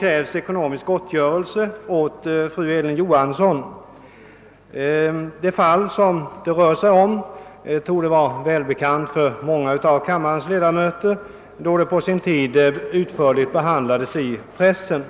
krävs ekonomisk gottgörelse åt fru Elin Johansson. Det fall som det rör sig om torde vara välbekant för många av kammarens ledamöter, då det på sin tid utförligt behandlades i pressen.